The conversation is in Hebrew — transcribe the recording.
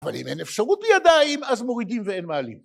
אבל אם אין אפשרות לידיים, אז מורידים ואין מעלים.